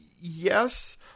yes